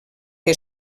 que